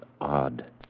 odd